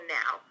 now